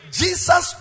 jesus